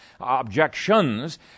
objections